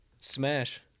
Smash